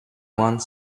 one